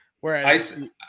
Whereas